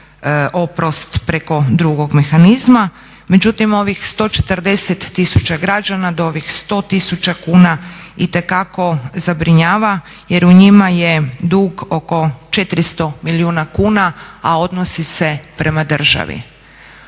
oprost preko drugog mehanizma. Međutim, ovih 140 000 građana do ovih 100 000 kuna itekako zabrinjava jer u njima je dugo oko 400 milijuna kuna, a odnosi se prema državi.